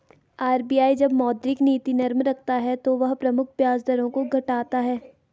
RBI जब मौद्रिक नीति नरम रखता है तो वह प्रमुख ब्याज दरों को घटाता है